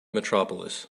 metropolis